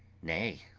nay,